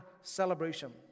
celebration